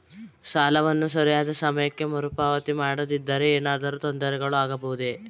ಸಾಲವನ್ನು ಸರಿಯಾದ ಸಮಯಕ್ಕೆ ಮರುಪಾವತಿ ಮಾಡದಿದ್ದರೆ ಏನಾದರೂ ತೊಂದರೆಗಳು ಆಗಬಹುದೇ?